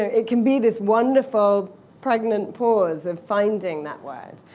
ah it can be this wonderful pregnant pause of finding that word.